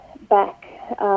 back